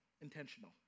intentional